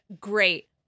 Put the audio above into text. great